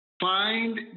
Find